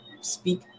speak